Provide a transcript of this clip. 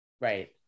Right